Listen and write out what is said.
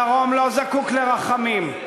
הדרום לא זקוק לרחמים,